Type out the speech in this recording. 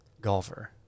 golfer